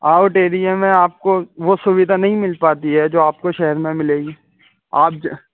out ایریے میں آپ کو وہ سودھا نہیں مل پاتی ہے جو آپ کو شہر میں ملے گی آپ جو